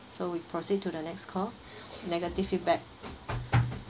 so we proceed to the next call negative feedback